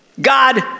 God